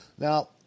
Now